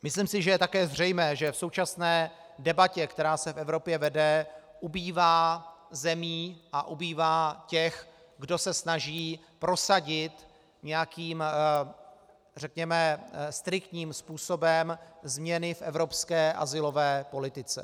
Myslím si, že je také zřejmé, že v současné debatě, která se v Evropě vede, ubývá zemí a ubývá těch, kdo se snaží prosadit nějakým, řekněme, striktním způsobem změny v evropské azylové politice.